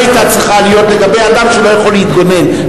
להיות לגבי אדם שלא יכול להתגונן.